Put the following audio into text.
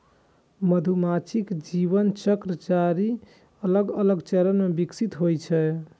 मधुमाछीक जीवन चक्र चारि अलग अलग चरण मे विकसित होइ छै